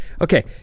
Okay